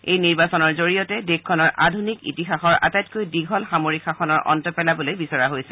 এই নিৰ্বাচনৰ জৰিয়তে দেশখনৰ আধুনিক ইতিহাসৰ আটাইতকৈ দীঘল সামৰিক শাসনৰ অন্ত পেলাবলৈ বিচৰা হৈছে